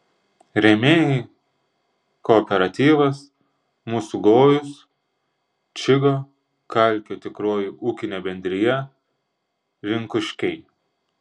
rėmėjai kooperatyvas mūsų gojus čygo kalkio tikroji ūkinė bendrija rinkuškiai